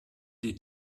die